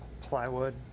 plywood